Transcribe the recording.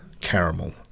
caramel